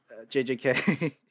JJK